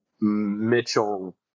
Mitchell